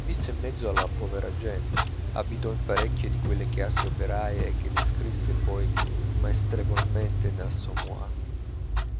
visse in mezzo alla povera gente abitò in parecchie di quelle case operaie che descrisse poi maestrevolmente nell'assommoir